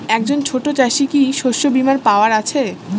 একজন ছোট চাষি কি শস্যবিমার পাওয়ার আছে?